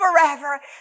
forever